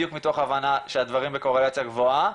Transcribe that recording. בדיוק מתוך הבנה שהדברים בקורלציה גבוהה.